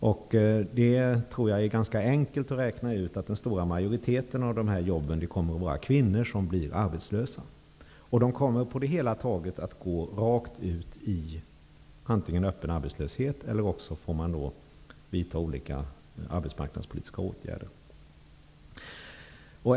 Jag tror att det är ganska enkelt att räkna ut att den stora majoriteten av de här jobben har innehafts av kvinnor som nu kommer att bli arbetslösa. Antingen kommer de att gå rakt ut i öppen arbetslöshet eller också får man vidta olika arbetsmarknadspolitiska åtgärder.